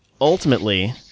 ultimately